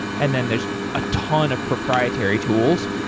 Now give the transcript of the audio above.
and then there's a ton of proprietary tools.